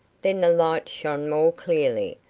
then the light shone more clearly,